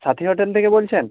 সাথী hotel থেকে বলছেন